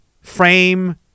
frame